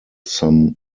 some